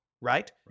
right